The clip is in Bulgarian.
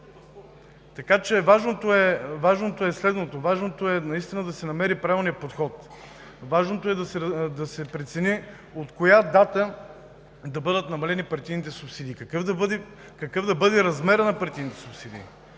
политическите партии? Важното е да се намери правилният подход, важното е да се прецени от коя дата да бъдат намалени партийните субсидии, какъв да бъде размерът на партийните субсидии,